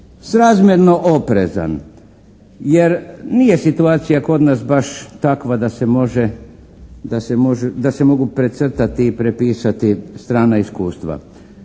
srazmjerno oprezan. Jer, nije situacija kod nas baš takva da se mogu precrtati i prepisati strana iskustva